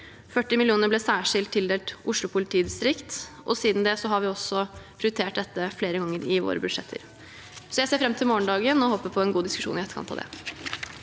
politidistrikt ble særskilt tildelt 40 mill. kr, og siden det har vi også prioritert dette flere ganger i våre budsjetter. Jeg ser fram til morgendagen og håper på en god diskusjon i etterkant av det.